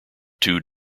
two